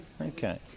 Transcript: okay